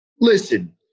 Listen